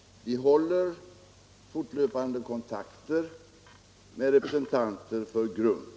Vi håller fortlöpande kontakt med representanter för GRUNC.